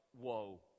whoa